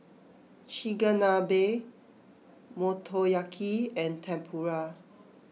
Chigenabe Motoyaki and Tempura